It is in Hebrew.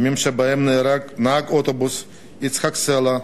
ימים שבהם נהרג נהג האוטובוס יצחק סלע,